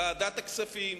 ועדת הכספים,